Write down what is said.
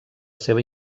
seva